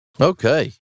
Okay